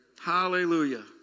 Hallelujah